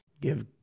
Give